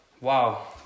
Wow